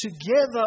together